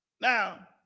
Now